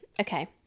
Okay